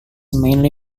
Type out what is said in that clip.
mainly